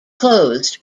closed